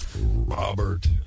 Robert